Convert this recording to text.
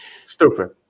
stupid